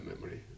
memory